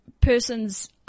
person's